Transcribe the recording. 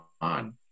on